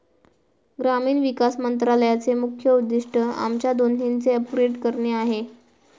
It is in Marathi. ग्रामीण विकास मंत्रालयाचे मुख्य उद्दिष्ट आमच्या दोन्हीचे अपग्रेड करणे आहे